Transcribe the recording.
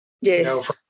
Yes